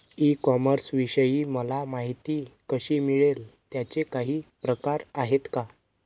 E कॉमर्सविषयी मला माहिती कशी मिळेल? त्याचे काही प्रकार आहेत का?